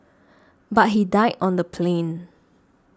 but he died on the plane